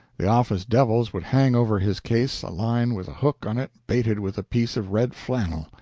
the office devils would hang over his case a line with a hook on it baited with a piece of red flannel.